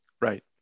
Right